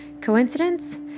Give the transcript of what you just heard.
Coincidence